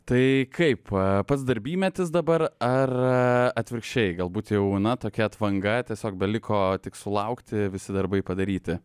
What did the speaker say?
tai kaip pats darbymetis dabar ar atvirkščiai galbūt jau na tokia atvanga tiesiog beliko tik sulaukti visi darbai padaryti